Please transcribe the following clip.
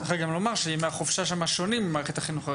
צריך גם לומר שימי החופשה שם שונים ממערכת החינוך הרגילה.